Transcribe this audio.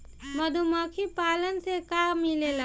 मधुमखी पालन से का मिलेला?